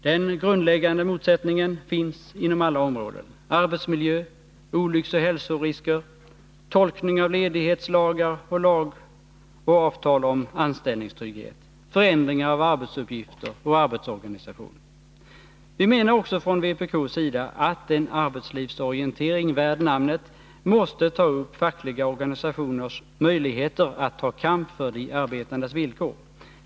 Den grundläggande motsättningen finns inom alla områden — arbetsmiljö, olycksoch hälsorisker, tolkning av ledighetslagar och !ag och avtal om anställningstrygghet, förändringar av arbetsuppgifter och arbetsorganisation. Vi menar också från vpk:s sida att en arbetslivsorientering värd namnet måste ta upp fackliga organisationers möjligheter att ta kamp för de arbetandes villkor.